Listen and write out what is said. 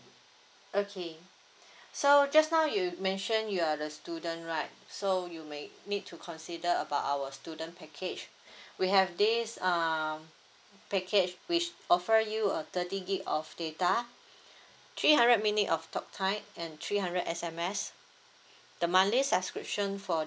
okay so just now you mentioned you are the student right so you may need to consider about our student package we have this um package which offer you a thirty gigabyte of data three hundred minute of talk time and three hundred S_M_S the monthly subscription for